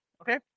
Okay